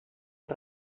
amb